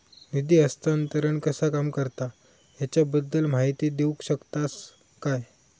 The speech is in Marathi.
निधी हस्तांतरण कसा काम करता ह्याच्या बद्दल माहिती दिउक शकतात काय?